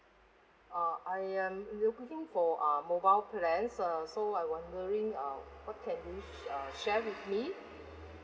uh I am looking for a mobile plans uh so I wondering uh what can you uh share with me